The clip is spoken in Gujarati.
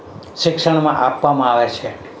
શિક્ષણમાં આપવામાં આવે છે